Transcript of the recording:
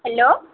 hello